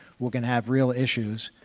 we're going to have real issues,